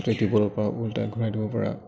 যে দিবপৰা ওলটাই ঘূৰাই দিবপৰা